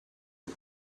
you